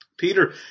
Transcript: Peter